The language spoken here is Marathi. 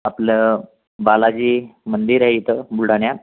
आपलं बालाजमंदिर आहे इथं बुलढाण्यात